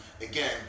again